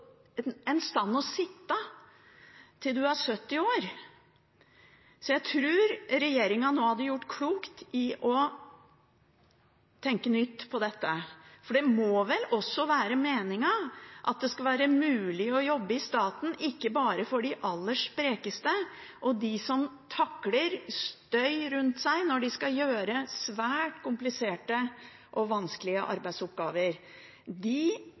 å sitte – til man er 70 år. Jeg tror det hadde vært klokt av regjeringen å tenke nytt om dette. For det må vel være meningen at det skal være mulig å jobbe i staten også for dem som ikke er de aller sprekeste, og for dem som ikke takler støy rundt seg når de skal utføre svært kompliserte og vanskelige arbeidsoppgaver. De